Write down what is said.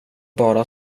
bara